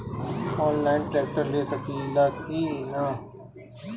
Online tractor ले सकीला कि न?